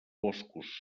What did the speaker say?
boscos